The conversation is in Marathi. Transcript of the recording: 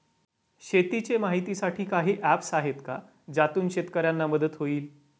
शेतीचे माहितीसाठी काही ऍप्स आहेत का ज्यातून शेतकऱ्यांना मदत होईल?